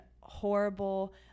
horrible